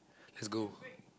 let's go